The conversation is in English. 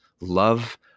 love